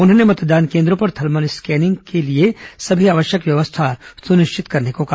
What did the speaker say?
उन्होंने मतदान केंद्रों पर थर्मल स्कैनिंग के लिए सभी आवश्यकव्यवस्था सुनिश्चित करने को कहा